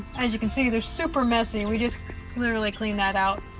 as you can see they're super messy. we just literally cleaned that out.